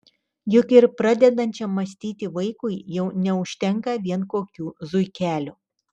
juk ir pradedančiam mąstyti vaikui jau neužtenka vien kokių zuikelių